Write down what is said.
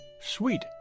sweet